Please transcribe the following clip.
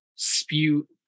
spew